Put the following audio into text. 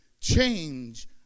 Change